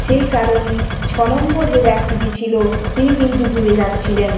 সেই কারণে ছনম্বর যে ব্যক্তিটি ছিল তিনি কিন্তু ডুবে যাচ্ছিলেন